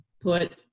put